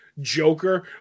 joker